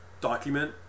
document